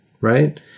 right